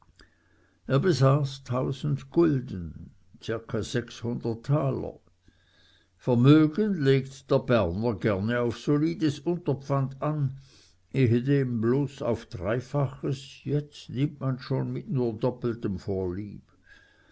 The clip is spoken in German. er besaß tausend gulden zirka sechshundert taler vermögen legt der berner gerne auf solides unterpfand an ehedem bloß auf dreifaches jetzt nimmt man schon mit nur doppeltem vorlieb